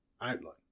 outline